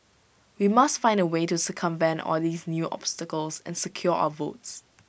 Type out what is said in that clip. we must find A way to circumvent all these new obstacles and secure our votes